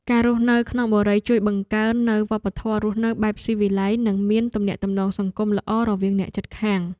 ការរស់នៅក្នុងបុរីជួយបង្កើតនូវវប្បធម៌រស់នៅបែបស៊ីវិល័យនិងមានទំនាក់ទំនងសង្គមល្អរវាងអ្នកជិតខាង។